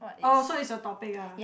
oh so it's a topic ah